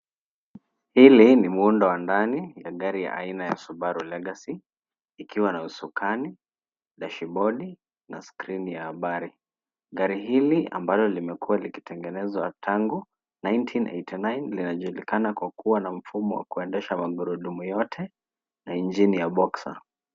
Hili ni muundo wa ndani ya gari ya aina ya Subaru Legacy ikiwa na usukani, dashibodi na skrini ya habari. Gari hili ambalo limekuwa likitengenezwa tangu 1989 linajulikana kwa kuwa na mfumo wa kuendesha magurudumu yote na injini ya boxer .